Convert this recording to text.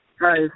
Hi